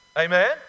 Amen